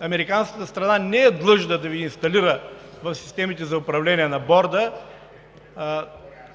американската страна не е длъжна да Ви инсталира в системите за управление на борда